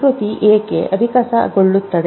ಪ್ರಕೃತಿ ಏಕೆ ವಿಕಸನಗೊಳ್ಳುತ್ತದೆ